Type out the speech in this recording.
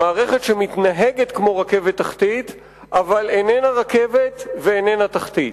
מערכת שמתנהגת כמו רכבת תחתית אבל איננה רכבת ואיננה תחתית.